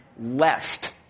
left